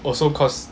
also cause